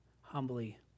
humbly